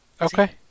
Okay